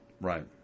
Right